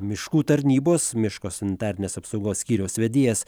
miškų tarnybos miško sanitarinės apsaugos skyriaus vedėjas